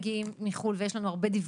ומגיעים לכאן חולים.